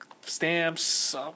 stamps